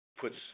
puts